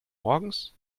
morgens